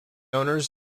owners